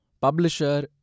Publisher